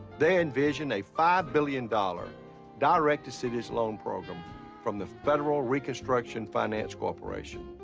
they envisioned a five billion dollars direct-to-cities loan program from the federal reconstruction finance corporation.